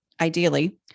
ideally